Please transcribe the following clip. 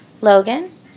Logan